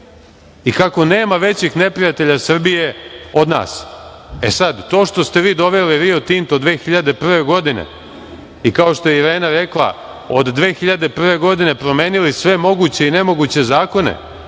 i kako nema većeg neprijatelja Srbije od nas.E, sad, to što ste vi doveli Rio Tinto 2001. godine i ,kao što je Irena rekla, od 2001. godine promenili sve moguće i nemoguće zakone